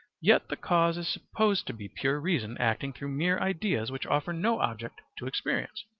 yet the cause is supposed to be pure reason acting through mere ideas which offer no object to experience,